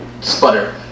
sputter